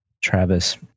Travis